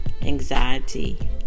anxiety